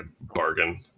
bargain